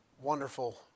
wonderful